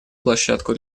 площадку